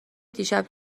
دیشب